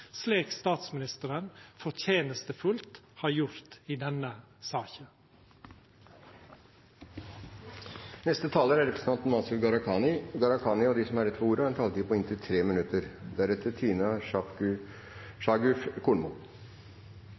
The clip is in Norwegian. slik statsministeren fortenestefullt har gjort i denne saka. De talere som heretter får ordet, har en taletid på inntil 3 minutter.